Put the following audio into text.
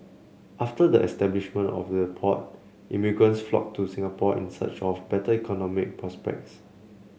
after the establishment of the port immigrants flocked to Singapore in search of better economic prospects